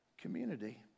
community